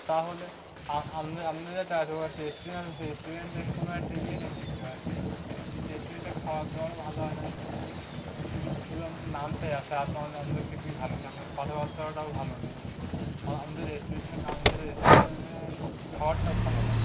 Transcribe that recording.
তাহলে আমাদের আমাদের এটা একটা রেষ্টুরেন্ট আছে সেই রেস্টুরেন্টের কোনো একটা ইয়ে নেই দেখে পাচ্ছি সেই রেস্টুরেন্টের খাওয়ার দাওয়ারও ভালো হয় না শুধু শু শুধু আমাদের নামটাই আসে এত আমাদের কিছুই ভালো নেই আমাদের কথাবাত্তাটাও ভালো নেই আমাদের রেস্টুরেন্ট আমাদের রেস্টুরেন্ট খাবারটা ভালো না